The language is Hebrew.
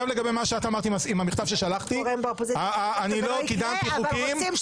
לגבי המכתב ששלחתי לא קידמתי חוקים של